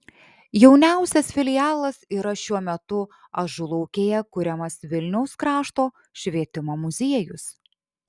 jauniausias filialas yra šiuo metu ažulaukėje kuriamas vilniaus krašto švietimo muziejus